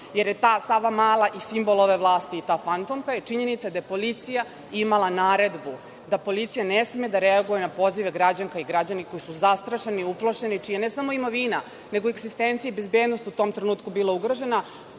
jer je ta „Savamala“ i simbol ove vlasti i ta fantomka, je činjenica da je policija imala naredbu da policija ne sme da reaguje na pozive građana i građanki koji su zastrašeni, uplašeni, čija je ne samo imovina nego i bezbednost u tom trenutku bila ugrožena.